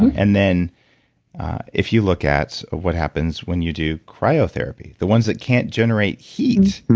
and then if you look at what happens when you do cryotherapy, the ones that can't generate heat,